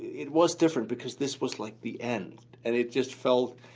it was different because this was like the end and it just felt,